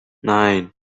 nine